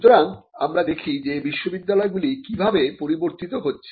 সুতরাং আমরা দেখি যে বিশ্ববিদ্যালয়গুলি কিভাবে পরিবর্তিত হয়েছে